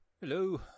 Hello